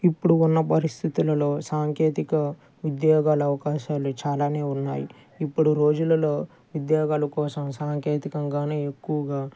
ఇప్పుడు ఉన్న పరిస్థితులలో సాంకేతిక ఉద్యోగాల అవకాశాలు చాలానే ఉన్నాయి ఇప్పుడు రోజులలో ఉద్యోగాల కోసం సాంకేతికంగాను ఎక్కువగా